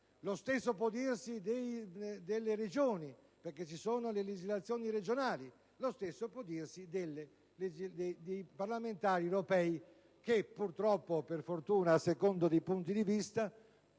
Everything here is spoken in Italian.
Lo stesso può dirsi per i consiglieri regionali perché ci sono le legislazioni regionali. Lo stesso può dirsi per i parlamentari europei che, purtroppo o per fortuna, a seconda dei punti di vista,